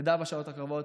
נדע בשעות הקרובות,